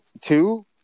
Two